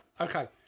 Okay